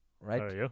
right